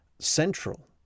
central